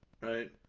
Right